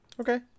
Okay